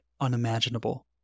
unimaginable